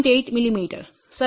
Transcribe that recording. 8 மிமீ சரி